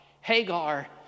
Hagar